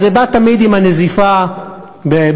זה בא תמיד עם הנזיפה ברווחה,